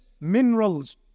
minerals